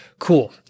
Cool